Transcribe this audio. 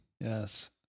Yes